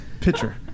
pitcher